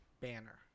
Banner